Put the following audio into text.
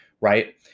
right